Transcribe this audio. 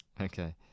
Okay